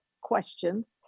questions